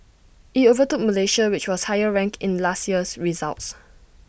IT overtook Malaysia which was higher ranked in last year's results